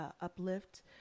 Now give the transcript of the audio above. uplift